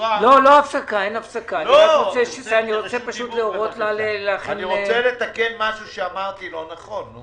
אני רוצה לתקן משהו לא נכון שאמרתי.